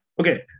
okay